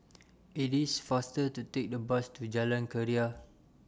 IT IS faster to Take The Bus to Jalan Keria